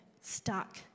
stuck